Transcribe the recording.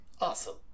Awesome